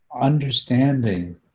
understanding